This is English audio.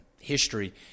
history